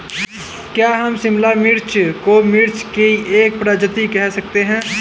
क्या हम शिमला मिर्च को मिर्ची की एक प्रजाति कह सकते हैं?